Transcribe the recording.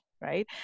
Right